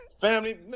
Family